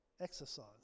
exercise